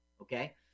Okay